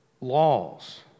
laws